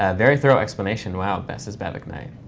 ah very thorough explanation. wow. best says, bavick knight.